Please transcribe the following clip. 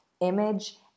image